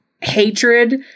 hatred